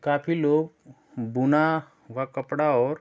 काफ़ी लोग बुना हुआ कपड़ा और